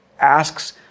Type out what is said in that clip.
asks